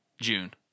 June